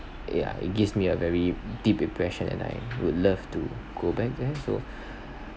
yeah it gives me a very deep impression and I would love to go back there so